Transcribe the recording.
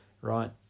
right